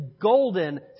golden